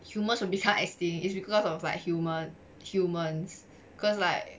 humans will become extinct it's because of like human humans cause like